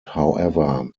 however